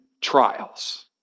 trials